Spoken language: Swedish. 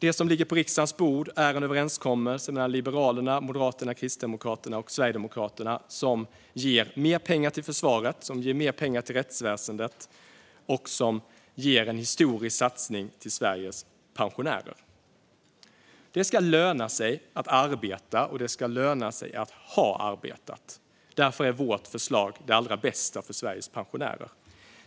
Det som ligger på riksdagens bord är en överenskommelse mellan Liberalerna, Moderaterna, Kristdemokraterna och Sverigedemokraterna som ger mer pengar till försvaret och mer pengar till rättsväsendet och som ger en historisk satsning till Sveriges pensionärer. Det ska löna sig att arbeta, och det ska löna sig att ha arbetat. Därför är vårt förslag det allra bästa för Sveriges pensionärer.